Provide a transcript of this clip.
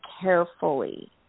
carefully